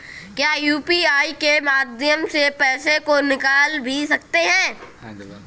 क्या यू.पी.आई के माध्यम से पैसे को निकाल भी सकते हैं?